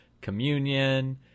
communion